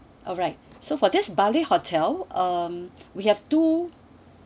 alright so for this bali hotel um we have two